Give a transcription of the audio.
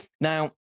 Now